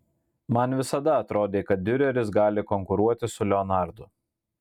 man visada atrodė kad diureris gali konkuruoti su leonardu